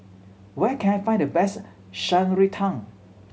where can I find the best Shan Rui Tang